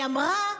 היא אמרה,